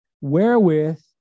wherewith